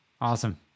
awesome